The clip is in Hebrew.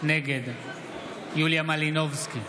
נגד יוליה מלינובסקי,